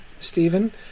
Stephen